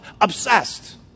Obsessed